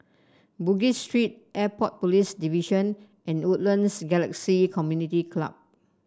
Bugis Street Airport Police Division and Woodlands Galaxy Community Club